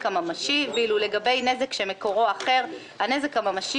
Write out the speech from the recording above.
הממשי ואילו לגבי נזק שמקורו אחר הנזק הממשי